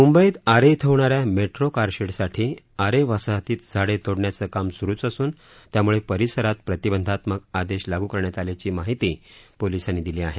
मुंबईत आरे इथे होणा या मेट्रो कारशेडसाठी आरे वसाहतीत झाडे तोंडण्याचं काम सुरु असुन त्यामुळे परिसरात प्रतिबंधात्मक आदेश लागू करण्यात आल्याची माहिती पोलिसांनी दिली आहे